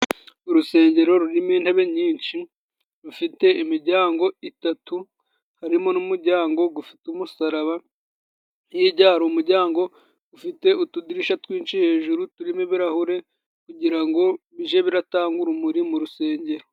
Urusengero rurimo intebe nyinshi rufite imijyango itatu harimo n'umujyango gufite umusaraba hijya hari umujyango ufite utudurishya twinshi hejuru turimo ibirahure kugira ngo bije biratanga urumuri mu rusengero.